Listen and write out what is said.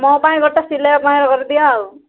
ମୋ ପାଇଁ ଗୋଟେ ସିଲେଇବାପାଇଁ କରିଦିଅ ଆଉ